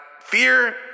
fear